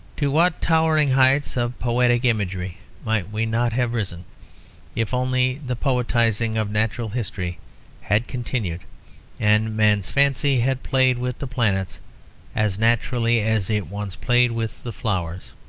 to what towering heights of poetic imagery might we not have risen if only the poetizing of natural history had continued and man's fancy had played with the planets as naturally as it once played with the flowers!